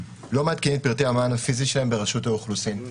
לא מעדכנים את פרטי המען הפיזי שלהם ברשות האוכלוסין.